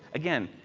again,